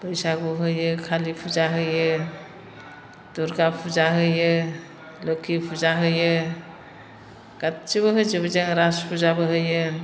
बैसागु होयो खालि फुजा होयो दुर्गा फुजा होयो लोक्षि फुजा होयो गासैबो होजोबो जों रास फुजाबो होयो